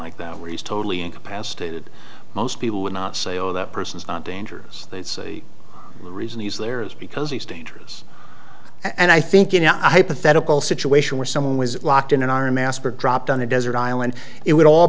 like that where he's totally incapacitated most people would not say oh that person is not dangerous that's the reason he's there is because he's dangerous and i think you know hypothetical situation where someone was locked in an arm asper dropped on a desert island it would all